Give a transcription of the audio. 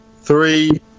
Three